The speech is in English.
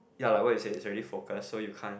ya like what you say it's already focus so you can't